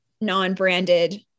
non-branded